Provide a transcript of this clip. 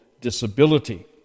disability